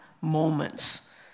moments